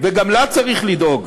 וגם לה צריך לדאוג?